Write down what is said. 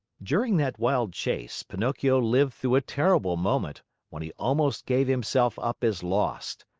during that wild chase, pinocchio lived through a terrible moment when he almost gave himself up as lost.